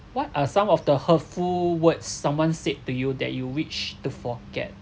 what are some of the hurtful words someone said to you that you wish to forget